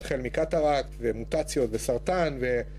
חלמיקה טראק ומוטציות וסרטן